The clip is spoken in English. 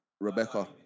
Rebecca